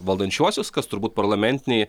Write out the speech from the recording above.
valdančiuosius kas turbūt parlamentinėj